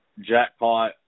jackpot